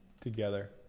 together